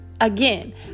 Again